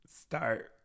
start